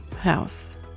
House